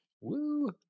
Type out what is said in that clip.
Woo